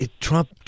Trump